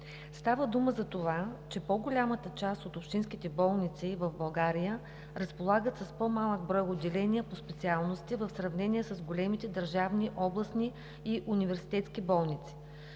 Става дума за това, че по-голямата част от общинските болници в България разполагат с по-малък брой отделения по специалности в сравнение с големите държавни, областни и университетски болници.